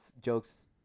jokes